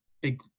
big